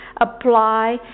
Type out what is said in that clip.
apply